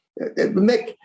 Mick